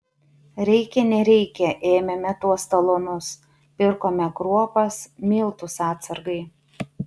reikia nereikia ėmėme tuos talonus pirkome kruopas miltus atsargai